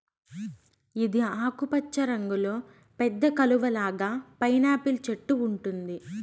ఇది ఆకుపచ్చ రంగులో పెద్ద కలువ లాగా పైనాపిల్ చెట్టు ఉంటుంది